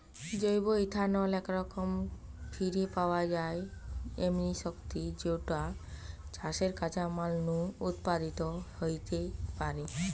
জৈব ইথানল একরকম ফিরে পাওয়া যায় এমনি শক্তি যৌটা চাষের কাঁচামাল নু উৎপাদিত হেইতে পারে